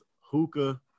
hookah